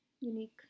unique